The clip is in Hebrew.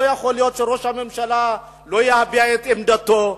לא יכול להיות שראש הממשלה לא יביע את עמדתו,